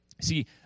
See